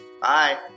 Bye